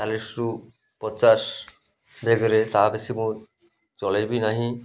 ଚାଳିଶିରୁ ପଚାଶ ବେଗରେ ତା ବେଶୀ ମୁଁ ଚଳେଇବି ନାହିଁ